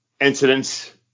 incidents